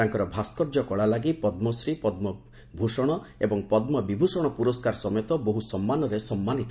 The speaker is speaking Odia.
ତାଙ୍କର ଭାସ୍କର୍ଯ୍ୟ କଳା ଲାଗି ପଦ୍କଶ୍ରୀ ପଦ୍କଭୂଷଣ ଓ ପଦ୍କବିଭୂଷଣ ପୁରସ୍କାର ସମେତ ବହୁ ସମ୍ମାନରେ ସମ୍ମାନିତ ହୋଇଥିଲେ